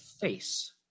face